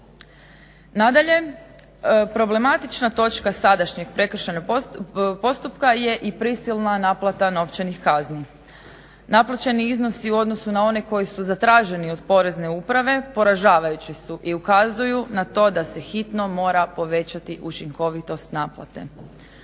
Nadalje, problematična točka sadašnjeg prekršajnog postupka je i prisilna naplata novčanih kazni. Naplaćeni iznosi u odnosu na one koji su zatraženi od Porezne uprave poražavajući su i ukazuju na to da se hitno mora povećati učinkovitost naplate.